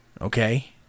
okay